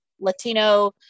Latino